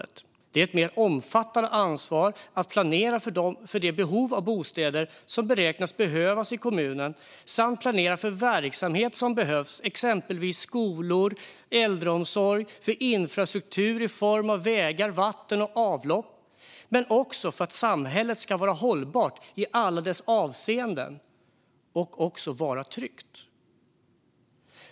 Det innebär ett mer omfattande ansvar att planera för det behov av bostäder som man beräknar kommer att behövas i kommunen samt planera för verksamhet som behövs, exempelvis skolor, äldreomsorg och infrastruktur i form av vägar, vatten och avlopp men också för att samhället ska vara hållbart i alla avseenden och vara tryggt.